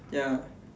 ya